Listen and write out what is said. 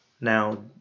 now